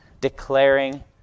declaring